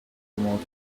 mode